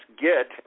get